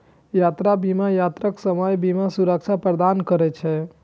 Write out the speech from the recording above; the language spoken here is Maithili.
यात्रा बीमा यात्राक समय बीमा सुरक्षा प्रदान करै छै